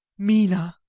mina!